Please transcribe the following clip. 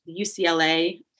UCLA